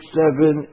seven